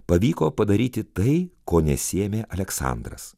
pavyko padaryti tai ko nesiėmė aleksandras